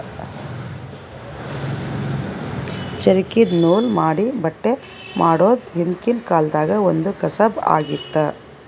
ಚರಕ್ದಿನ್ದ ನೂಲ್ ಮಾಡಿ ಬಟ್ಟಿ ಮಾಡೋದ್ ಹಿಂದ್ಕಿನ ಕಾಲ್ದಗ್ ಒಂದ್ ಕಸಬ್ ಆಗಿತ್ತ್